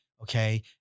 Okay